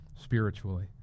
spiritually